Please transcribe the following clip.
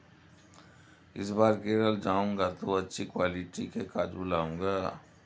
इस बार केरल जाऊंगा तो अच्छी क्वालिटी के काजू लाऊंगा